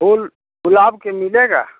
फूल गुलाब के मिलेगा